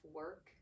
work